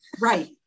Right